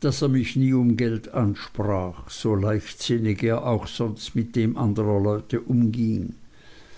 daß er mich nie um geld ansprach so leichtsinnig er auch sonst mit dem anderer leute